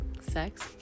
sex